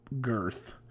girth